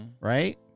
right